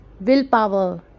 Willpower